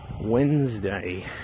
Wednesday